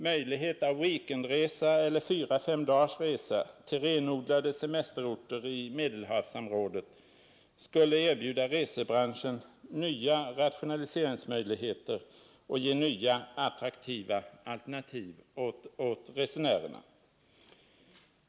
Möjlighet av weekendresa eller fyra-fem dagars resa till renodlade semesterorter i Medelhavsområdet skulle erbjuda resebranschen nya rationaliseringsmöjligheter och ge nya och attraktiva alternativ åt resenärerna.